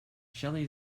shelly